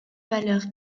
valeurs